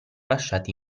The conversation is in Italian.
lasciati